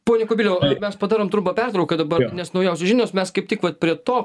pone kubiliau mes padarom trumpą pertrauką dabar nes naujausios žinios mes kaip tik vat prie to